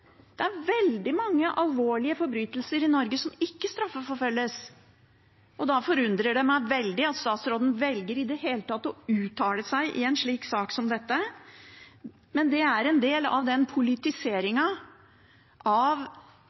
Det er veldig mange alvorlige forbrytelser i Norge som ikke straffeforfølges, og da forundrer det meg veldig at statsråden i det hele tatt velger å uttale seg i en sak som dette. Men det er en del av politiseringen av både asyl- og flyktningpolitikken, som i utgangspunktet skulle være oppfyllelsen av